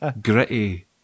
gritty